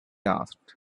asked